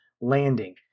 landing